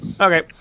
Okay